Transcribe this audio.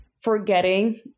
forgetting